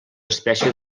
espècie